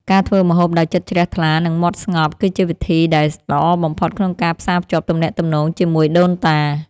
ការធ្វើម្ហូបដោយចិត្តជ្រះថ្លានិង មាត់ស្ងប់គឺជាវិធីដែលល្អបំផុតក្នុងការផ្សារភ្ជាប់ទំនាក់ទំនងជាមួយដូនតា។